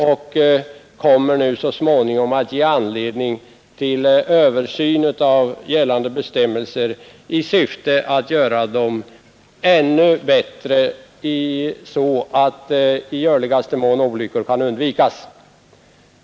Så småningom kommer de att ge anledning till en översyn av gällande bestämmelser i syfte att göra dem ännu bättre, varigenom olyckor i görligaste mån kan undvikas.